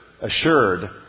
assured